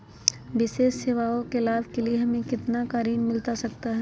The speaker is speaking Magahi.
विशेष सेवाओं के लाभ के लिए हमें कितना का ऋण मिलता सकता है?